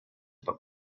but